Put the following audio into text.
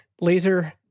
laser